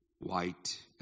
white